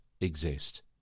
exist